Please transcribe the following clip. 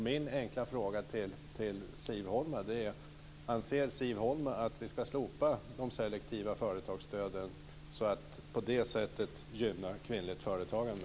Min enkla fråga till Siv Holma är denna: Anser Siv Holma att vi ska slopa de selektiva företagsstöden för att på det sättet gynna kvinnligt företagande?